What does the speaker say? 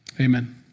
amen